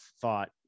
thought